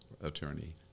attorney